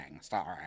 Sorry